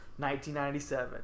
1997